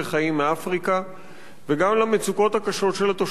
וגם למצוקות הקשות של התושבים הוותיקים של השכונות.